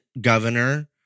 governor